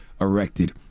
erected